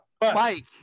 Mike